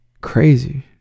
Crazy